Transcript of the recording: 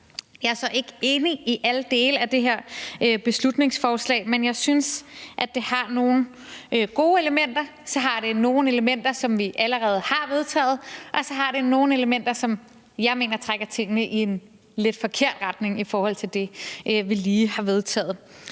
Jeg er så ikke enig i alle dele af det her beslutningsforslag, men jeg synes, at det har nogle gode elementer, og så har det nogle elementer, som jeg mener trækker tingene i en lidt forkert retning i forhold til det, vi lige har forhandlet.